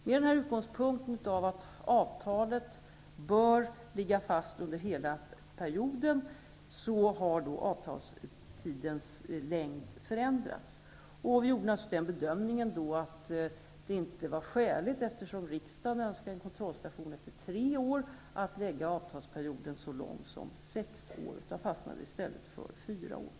Med utgångspunkten att avtalet bör ligga fast under hela perioden, har den föreslagna avtalstidens längd förändrats. Regeringen gjorde bedömningen, eftersom riksdagen önskade en kontrollstation efter tre år, att det inte var skäligt att låta avtalsperiodens längd vara så lång som sex år, utan fastnade i stället för fyra år.